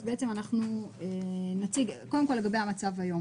קודם כול, לגבי המצב היום.